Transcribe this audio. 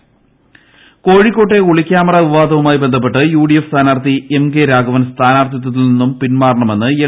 ഒളിക്യാമറ കോഴിക്കോട്ടെ ഒളിക്യാമറാ വിവാദവുമായിട്ടു ബന്ധപ്പെട്ട് യു ഡി എഫ് സ്ഥാനാർഥി എം കെ രാഘവൻ പ്പിറ്റിന്റാർഥിത്വത്തിൽ നിന്നും പിൻമാറണമെന്ന് എൽ